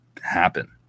happen